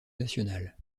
national